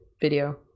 video